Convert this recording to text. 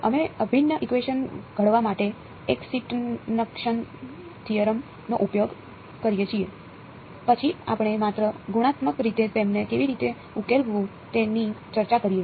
અમે અભિન્ન ઇકવેશન ઘડવા માટે એકસટીનક્ષન થિયરમ નો ઉપયોગ કરીએ છીએ પછી આપણે માત્ર ગુણાત્મક રીતે તેમને કેવી રીતે ઉકેલવું તેની ચર્ચા કરીએ